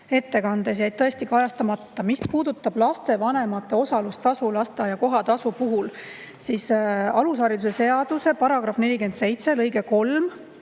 ettekandes jäid tõesti kajastamata. Mis puudutab lastevanemate osalustasu lasteaia kohatasu puhul, siis alusharidusseaduse § 47 lõige 3